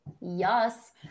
Yes